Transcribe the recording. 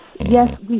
yes